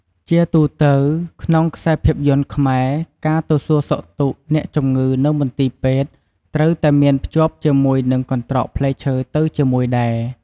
ជាទូទៅ ក្នុងខ្សែភាពយន្តខ្មែរ ការទៅសួរសុខទុក្ខអ្នកជំងឺនៅមន្ទីរពេទ្យត្រូវតែមានភ្ជាប់ជាមួយនឹងកន្ត្រកផ្លែឈើទៅជាមួយដែរ។